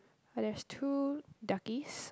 ah there's two duckies